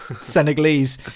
Senegalese